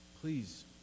please